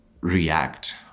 react